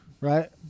right